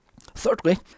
Thirdly